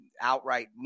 outright